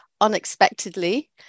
unexpectedly